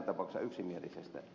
arvoisa puhemies